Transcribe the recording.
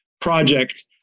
project